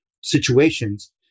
situations